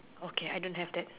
okay I don't have that